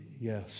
Yes